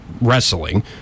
wrestling